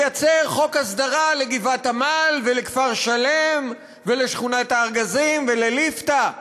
לייצר חוק הסדרה לגבעת-עמל ולכפר-שלם ולשכונת-הארגזים ולליפתא.